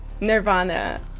Nirvana